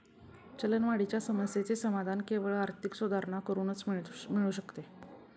चलनवाढीच्या समस्येचे समाधान केवळ आर्थिक सुधारणा करूनच मिळू शकते